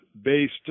based